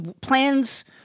plans